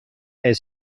els